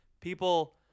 people